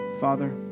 Father